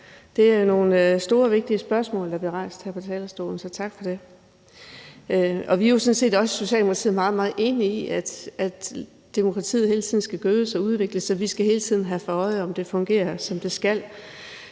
Det er nogle store, vigtige spørgsmål, der bliver rejst her fra talerstolen, så tak for det. Vi er sådan set også i Socialdemokratiet meget, meget enige i, at demokratiet hele tiden skal gødes og udvikles, og vi skal hele tiden have for øje, om det fungerer, som det skal.